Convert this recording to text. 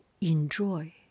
enjoy